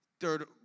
third